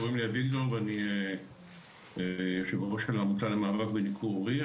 קוראים לי אביגדור ואני יושב ראש העמותה למאבק בניכור הורי.